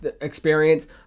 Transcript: experience